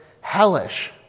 hellish